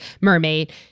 mermaid